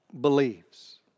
believes